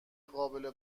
قابل